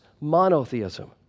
monotheism